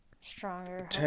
stronger